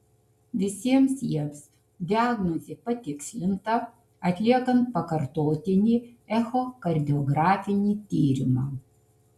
visiems jiems diagnozė patikslinta atliekant pakartotinį echokardiografinį tyrimą